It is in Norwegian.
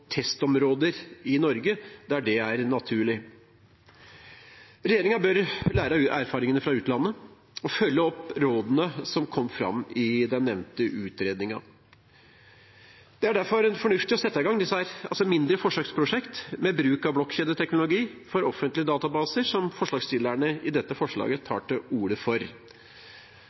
testområder i Norge der det er naturlig. Regjeringen bør lære av erfaringene fra utlandet og følge opp rådene som kom fram i den nevnte utredningen. Det er derfor fornuftig å sette i gang mindre forsøksprosjekter med bruk av blokkjedeteknologi for offentlige databaser, som forslagsstillerne tar til orde for